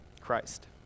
Christ